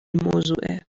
موضوعه